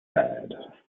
sad